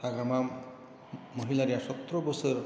हाग्रामा महिलारिआ सथ्र बोसोर